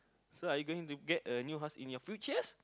so are you going to get a new house in your futures